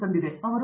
professor